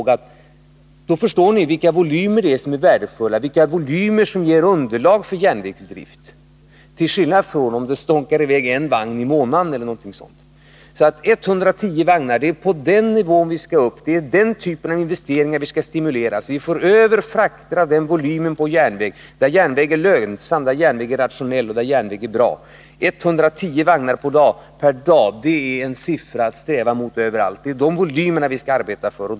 Då förstår ni vilka volymer som ger underlag för järnvägsdrift. Det är skillnad om det stånkar i väg ungefär en vagn i månaden. Det är nivån 110 vagnar vi skall upp till, och det är den typen av investeringar vi skall stimulera, så att vi får över frakter av den volymen på järnväg. Då år järnvägen lönsam, rationell och bra. 110 vagnar per dag, det är en siffra att sträva mot överallt. Det är sådana volymer vi skall arbeta för.